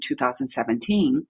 2017